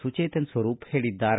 ಸುಜೇತನ್ ಸ್ವರೂಪ್ ಹೇಳಿದ್ದಾರೆ